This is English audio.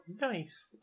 nice